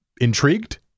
intrigued